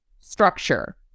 structure